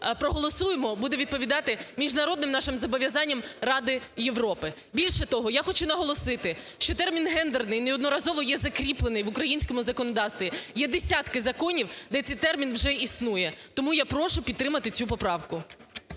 проголосуємо буде відповідати міжнародним нашим зобов'язанням Ради Європи. Більше того, я хочу наголосити, що термін гендерний неодноразово є закріплений в українському законодавстві, є десятки законів, де цей термін вже існує. Тому я прошу підтримати цю поправку.